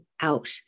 out